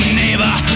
neighbor